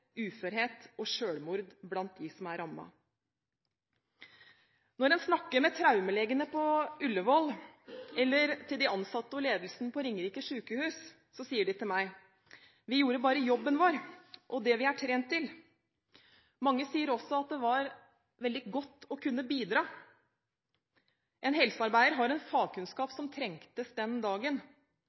uførhet og selvmord blant de som er rammet. Når jeg snakker med traumelegene på Ullevål eller med de ansatte og ledelsen på Ringerike sykehus, sier de til meg: Vi gjorde bare jobben vår, og det vi er trent til. Mange sier også det var veldig godt å kunne bidra. En helsearbeider har en fagkunnskap som trengtes den dagen.